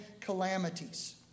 calamities